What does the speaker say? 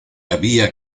había